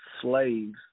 slaves